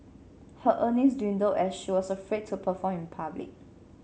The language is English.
her earnings dwindled as she was afraid to perform in public